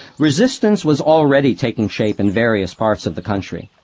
resistance was already taking shape in various parts of the country.